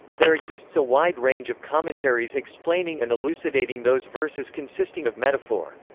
there exists a wide range of commentaries explaining and elucidating those verses consisting of metaphor.